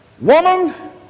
Woman